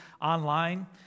Online